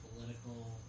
political